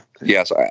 Yes